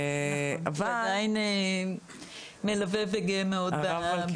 הוא עדיין מלווה וגאה מאוד ביצירה הזו.